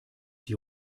die